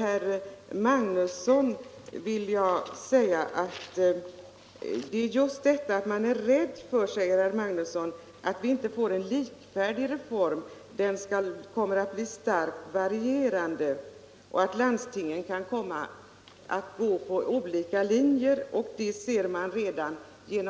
Herr Magnusson i Nennesholm säger att han är rädd för att reformen inte blir likvärdig i alla landsting, utan att resultatet kommer att variera starkt, eftersom landstingen kan komma att gå på olika linjer. I ett par landsting, där